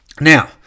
Now